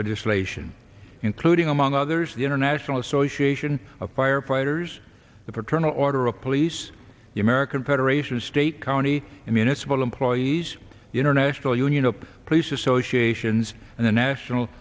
legislation including among others the international association of firefighters the paternal order of police the american federation of state county and municipal employees international union of police associations and the national